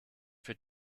für